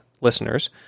listeners